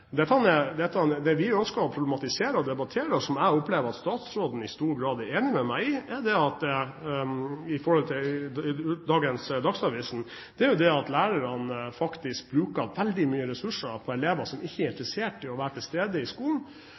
Det vi ønsker å problematisere og debattere – og som jeg opplever at statsråden i stor grad er enig med meg i, i dagens Dagsavisen – er at lærerne faktisk bruker veldig mye ressurser på elever som ikke er interessert i å være til stede i skolen.